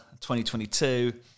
2022